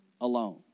alone